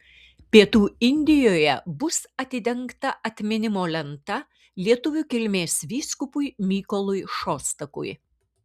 pietų indijoje bus atidengta atminimo lenta lietuvių kilmės vyskupui mykolui šostakui